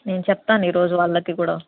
నేను చెప్తాను ఈ రోజు వాళ్ళకి కూడా